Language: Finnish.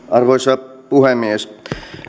arvoisa puhemies